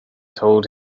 told